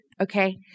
Okay